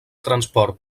transport